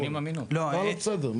מה לא בסדר?